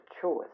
choice